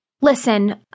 Listen